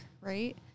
right